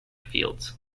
fields